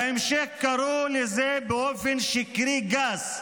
בהמשך קראו לזה באופן שקרי, גס,